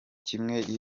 kimenyi